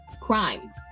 crime